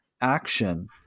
action